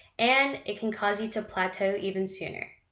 and it can cause you to plateau even sooner.